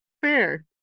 Fair